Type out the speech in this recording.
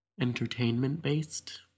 entertainment-based